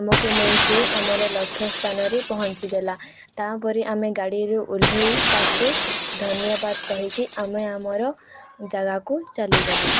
ଆମକୁ ନେଇ ସେ ଆମର ଲକ୍ଷ୍ୟ ସ୍ଥାନରେ ପହଞ୍ଚିଦେଲା ତା'ପରେ ଆମେ ଗାଡ଼ିରେ ଓହ୍ଲେଇ ତାକୁ ଧନ୍ୟବାଦ କହିକି ଆମେ ଆମର ଜାଗାକୁ ଚାଲିଗଲୁ